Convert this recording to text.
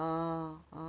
ah